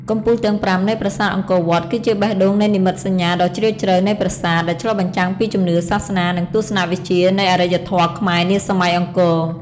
កំពូលទាំងប្រាំនៃប្រាសាទអង្គរវត្ត គឺជាបេះដូងនៃនិមិត្តសញ្ញាដ៏ជ្រាលជ្រៅនៃប្រាសាទ ដែលឆ្លុះបញ្ចាំងពីជំនឿសាសនា និងទស្សនវិជ្ជានៃអរិយធម៌ខ្មែរនាសម័យអង្គរ។